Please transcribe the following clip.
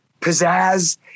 pizzazz